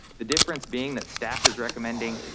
the difference being that staff is recommending,